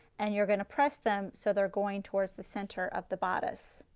and you're going to press them so they're going towards the centre of the bodice.